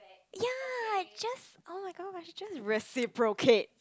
ya just oh-my-gosh just reciprocate